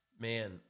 man